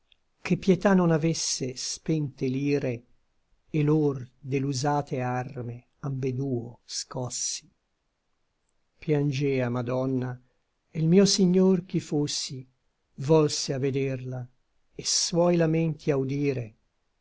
che pietà non avesse spente l'ire e lor de l'usate arme ambeduo scossi piangea madonna e l mio signor ch'i fossi volse a vederla et i suoi lamenti a udire